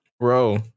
bro